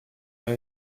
leur